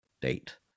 date